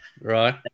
right